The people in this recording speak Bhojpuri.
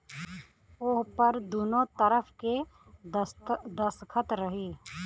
ओहपर दुन्नो तरफ़ के दस्खत रही